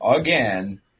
again